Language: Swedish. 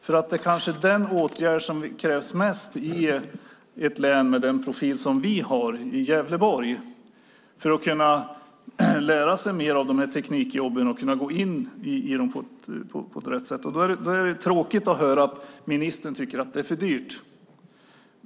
Det är ju kanske den åtgärd som krävs mest i ett län med den profil som vi har i Gävleborg så att man kan lära sig mer av de här teknikjobben och kan gå in i dem på rätt sätt. Då är det tråkigt att ministern tycker att det är för dyrt.